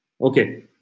Okay